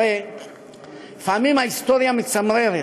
הרי לפעמים ההיסטוריה מצמררת.